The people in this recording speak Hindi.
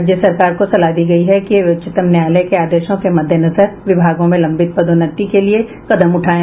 राज्य सरकारों को सलाह दी गयी है कि वे उच्चतम न्यायालय के आदेशों के मद्देनजर विभागों में लंबित पदोन्नति के लिये कदम उठायें